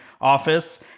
office